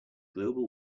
global